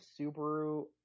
Subaru